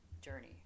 journey